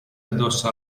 addosso